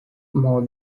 more